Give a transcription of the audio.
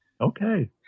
Okay